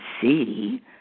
see